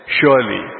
Surely